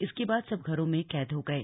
इसके बाद सब घरों में कैद हो गये